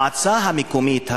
המועצה המקומית,